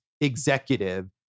executive